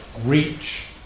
...reach